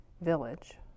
village